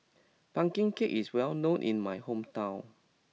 Pumpkin Cake is well known in my hometown